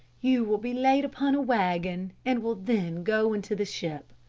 you will be laid upon a wagon and will then go into the ship.